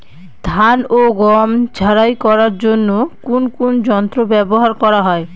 ধান ও গম ঝারাই করার জন্য কোন কোন যন্ত্র ব্যাবহার করা হয়?